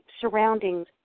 surroundings